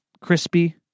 crispy